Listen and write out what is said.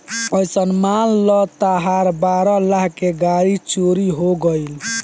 अइसन मान ल तहार बारह लाख के गाड़ी चोरी हो गइल